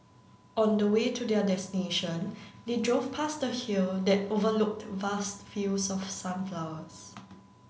on the way to their destination they drove past the hill that overlooked vast fields of sunflowers